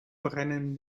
brennen